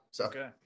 Okay